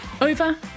Over